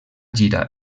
gira